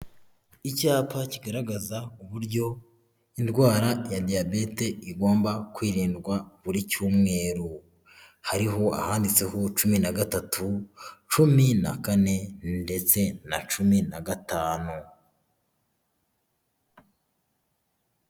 Icyapa kigaragaza uburyo indwara ya diyabete igomba kwirindwa buri cyumweru. Hariho ahanditseho cumi na gatatu, cumi na kane ndetse na cumi na gatanu.